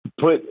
put